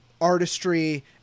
artistry